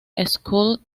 school